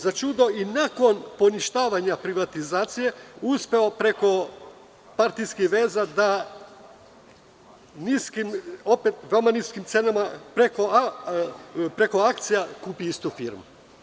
Za čudo, i nakon poništavanja privatizacije, uspeo je preko partijskih veza da po veoma niskim cenama preko akcija kupi istu firmu.